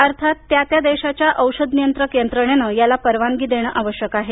अर्थात त्या त्या देशाच्या औषध नियंत्रक यंत्रणेनं याला परवानगी देणं आवश्यक आहे